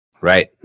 Right